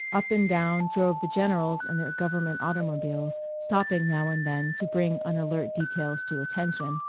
up and down drove the generals in their government automobiles, stopping now and then to bring unalert details to attention,